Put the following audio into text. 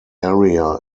area